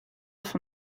off